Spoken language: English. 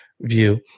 view